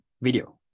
video